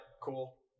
Cool